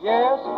Yes